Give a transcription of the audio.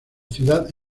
ciudad